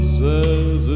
says